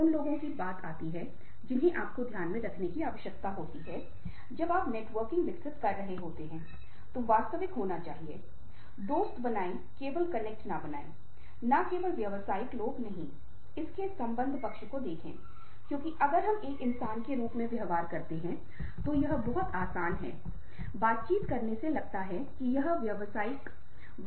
इसलिए यह मूल रूप से एक ऐसी प्रक्रिया है जहाँ आप अपने बारे में और दूसरों के बारे में और संदर्भ के बारे में जागरूक होते हैं और तदनुसार आप अपनी प्रतिक्रियाएँ प्रदर्शित कर रहे हैं